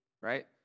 right